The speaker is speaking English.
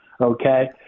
Okay